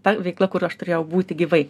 ta veikla kur aš turėjau būti gyvai